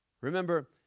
Remember